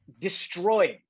destroyed